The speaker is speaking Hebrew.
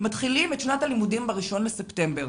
מתחילים את שנת הלימודים ב-1 בספטמבר.